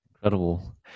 Incredible